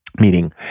Meaning